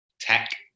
tech